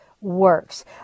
works